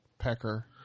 Pecker